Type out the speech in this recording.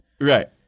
Right